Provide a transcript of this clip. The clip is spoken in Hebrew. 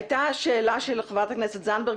הייתה שאלה של חברת הכנסת זנדברג,